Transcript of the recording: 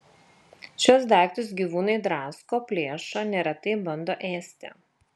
šiuos daiktus gyvūnai drasko plėšo neretai bando ėsti